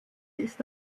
ist